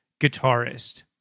guitarist